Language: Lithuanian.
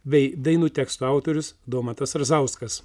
bei dainų tekstų autorius domantas razauskas